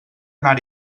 anar